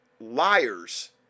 liars